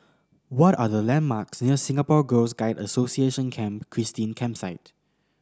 what are the landmarks near Singapore Girl Guides Association Camp Christine Campsite